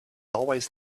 always